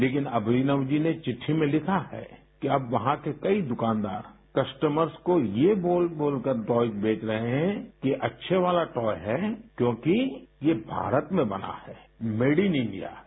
लेकिन अभिनव जी ने चिट्टी में लिखा है कि अब वहां के कई दुकानदार कस्टमर्स को ये बोल बोलकर टॉयज बेच रहे हैं कि अच्छे वाला टॉय है क्योंकि ये भारत में बना है मेड इन इंडिया है